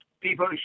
people